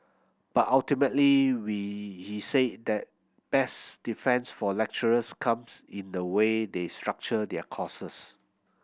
but ultimately we he said that best defence for lecturers comes in the way they structure their courses